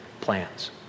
plans